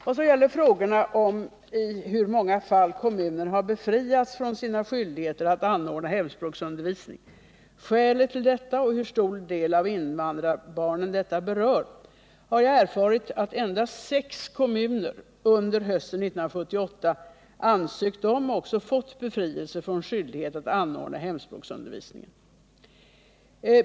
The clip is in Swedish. Vad gäller frågorna om i hur många fall kommuner har befriats från sina stor del av invandrarbarnen detta berör, har jag erfarit att endast sex Torsdagen den kommuner under hösten 1978 ansökt om och också fått befrielse från 30 november 1978 skyldighet att anordna hemspråksundervisning.